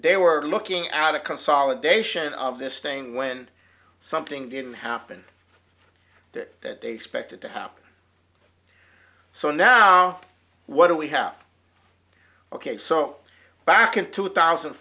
they were looking at a consolidation of this thing when something didn't happen that that they expected to happen so now what do we have ok so back in two thousand